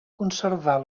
conservar